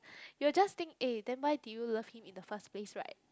you will just think eh then why did you love him in the first place right